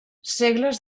segles